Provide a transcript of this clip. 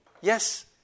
Yes